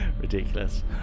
Ridiculous